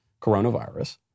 coronavirus